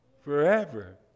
forever